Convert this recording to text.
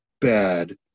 bad